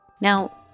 Now